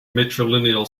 matrilineal